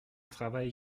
travail